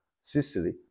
Sicily